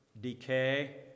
decay